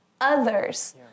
others